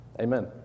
Amen